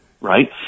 Right